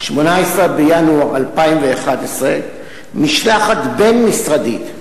18 בינואר 2011, משלחת בין-משרדית,